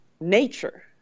nature